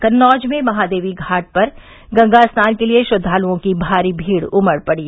कन्नौज में महादेवी घाट पर गंगा स्नान के लिये श्रद्दालुओं की भारी भीड़ उमड़ पड़ी